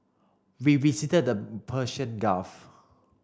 we visited the Persian Gulf